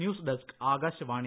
news desk Akashvani